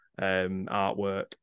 artwork